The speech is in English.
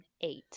eight